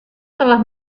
telah